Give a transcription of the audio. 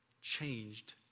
changed